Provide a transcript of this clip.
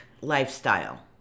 lifestyle